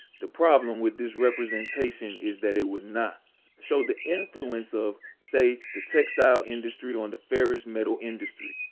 the problem with this representation is that it would not show the influence of, say, the textile industry on the ferrous metal industry.